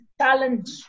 challenge